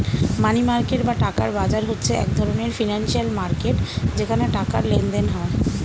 মানি market বা টাকার বাজার হচ্ছে এক ধরণের ফিনান্সিয়াল মার্কেট যেখানে টাকার লেনদেন হয়